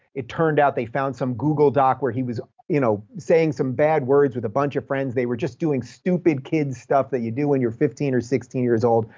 it turned out they found some google doc where he was you know saying some bad words with a bunch of friends. they were just doing stupid kid stuff that you do when you're fifteen or sixteen years old.